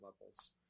levels